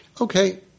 Okay